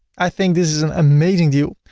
i think this is an amazing deal.